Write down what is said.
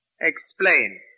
Explain